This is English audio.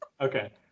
Okay